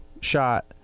shot